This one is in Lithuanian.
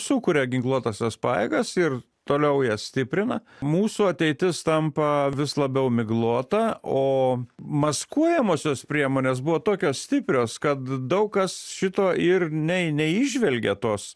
sukuria ginkluotąsias pajėgas ir toliau jas stiprina mūsų ateitis tampa vis labiau miglota o maskuojamosios priemonės buvo tokios stiprios kad daug kas šito ir nei neįžvelgė tos